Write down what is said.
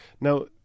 Now